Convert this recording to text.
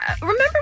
remember